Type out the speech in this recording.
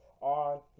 on